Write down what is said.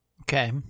Okay